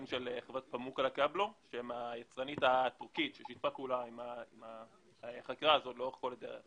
אנחנו היחידים ששיתפנו פעולה לאורך כל החקירה עם הדבר הזה.